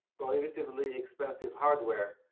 prohibitively expensive hardware,